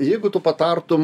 jeigu tu patartum